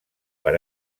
per